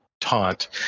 taunt